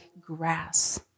grass